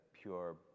pure